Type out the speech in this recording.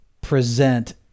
present